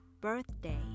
birthday